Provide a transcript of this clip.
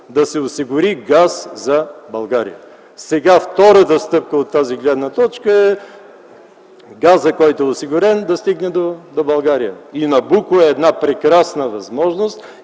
да се осигури газ за България. Сега втората стъпка от тази гледна точка – газта, която е осигурена, да стигне до България. И „Набуко” е една прекрасна възможност.